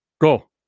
Go